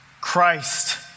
Christ